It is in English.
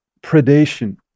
predation